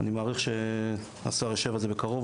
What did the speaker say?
אני מעריך שהשר יישב על זה בקרוב,